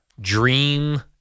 dream